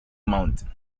mountain